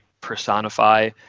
personify